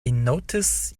notice